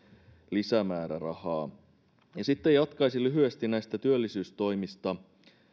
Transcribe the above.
lisämäärärahaa ja sitten jatkaisin lyhyesti näistä työllisyystoimista